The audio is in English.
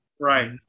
Right